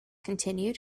continued